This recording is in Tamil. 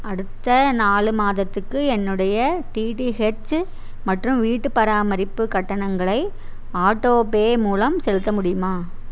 அடுத்த நாலு மாதத்துக்கு என்னுடைய டிடிஹெச்சு மற்றும் வீட்டுப் பராமரிப்பு கட்டணங்களை ஆட்டோபே மூலம் செலுத்த முடியுமா